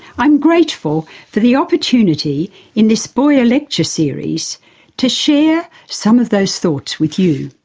i'm grateful for the opportunity in this boyer lecture series to share some of those thoughts with you.